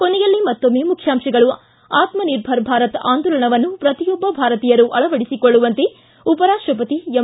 ಕೊನೆಯಲ್ಲಿ ಮತ್ತೊಮ್ಮೆ ಮುಖ್ಯಾಂಶಗಳು ್ಟ ಆತ್ಮನಿರ್ಭರ ಭಾರತ ಆಂದೋಲನವನ್ನು ಪ್ರತಿಯೊಬ್ಬ ಭಾರತೀಯರೂ ಅಳವಡಿಸಿಕೊಳ್ಳುವಂತೆ ಉಪರಾಷ್ಟಪತಿ ಎಂ